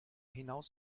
hinaus